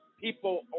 people